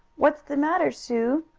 what's the matter, sue?